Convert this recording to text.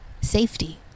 Safety